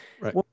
Right